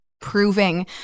proving